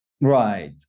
Right